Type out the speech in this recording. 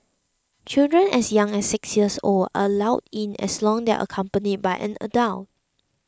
children as young as six years old are allowed in as long as they are accompanied by an adult